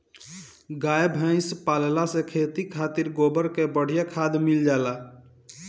गाई भइस पलला से खेती खातिर गोबर के बढ़िया खाद मिल जाला